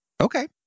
Okay